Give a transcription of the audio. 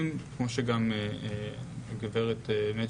הגברת אוה